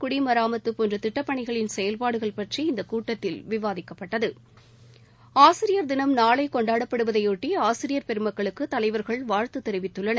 குடிமராமத்து போன்ற திட்டப்பணிகளின் செயல்பாடுகள் பற்றி இந்த கூட்டத்தில் விவாதிக்கப்பட்டது ஆசிரியர்தினம் நாளை கொண்டாடப்படுவதையாட்டி ஆசிரியர் பெருமக்களுக்கு தலைவர்கள் வாழ்த்து தெரிவித்துள்ளனர்